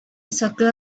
circle